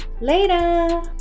Later